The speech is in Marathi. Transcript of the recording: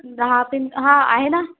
दहा पण हा आहे ना